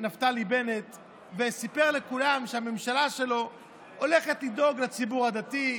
נפתלי בנט והוא סיפר לכולם שהממשלה שלו הולכת לדאוג לציבור הדתי,